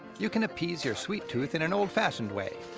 you can appease your sweet tooth in an old-fashioned way.